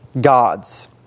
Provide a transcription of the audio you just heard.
gods